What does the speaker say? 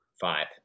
Five